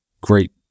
great